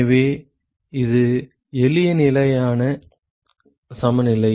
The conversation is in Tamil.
எனவே இது எளிய நிலையான சமநிலை